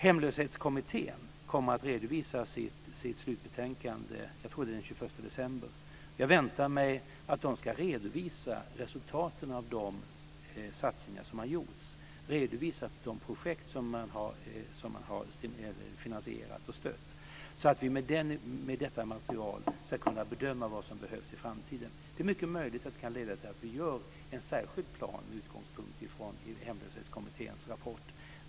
Hemlöshetskommittén kommer att redovisa sitt slutbetänkande den 21 december, tror jag. Jag väntar mig att den ska redovisa resultaten av de satsningar som har gjorts och de projekt som man har finansierat och stött så att vi med detta material ska kunna bedöma vad som behövs i framtiden. Det är mycket möjligt att det kan leda till att vi gör en särskild plan med utgångspunkt från Hemlöshetskommitténs rapport.